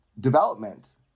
development